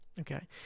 Okay